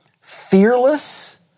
fearless